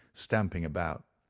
stamping about.